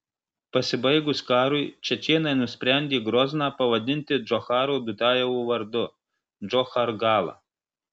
pasibaigus karui čečėnai nusprendę grozną pavadinti džocharo dudajevo vardu džochargala